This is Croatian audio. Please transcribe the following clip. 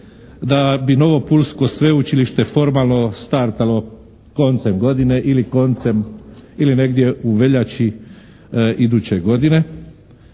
da bi novo pulsko sveučilište formalno startalo koncem godine ili negdje u veljači iduće godine.